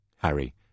Harry